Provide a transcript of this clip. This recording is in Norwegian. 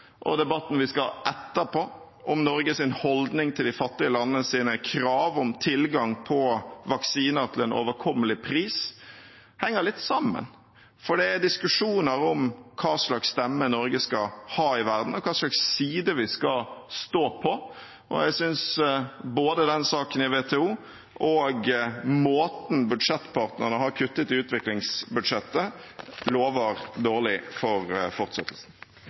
og debatten vi skal ha etterpå, om Norges holdning til de fattige landenes krav om tilgang på vaksiner til en overkommelig pris, henger litt sammen, for det er diskusjoner om hva slags stemme Norge skal ha i verden, og hva slags side vi skal stå på. Jeg synes både den saken i WTO og måten budsjettpartnerne har kuttet i utviklingsbudsjettet på, lover dårlig for fortsettelsen.